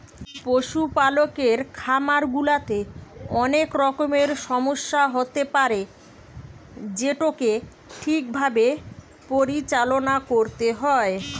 পশুপালকের খামার গুলাতে অনেক রকমের সমস্যা হতে পারে যেটোকে ঠিক ভাবে পরিচালনা করতে হয়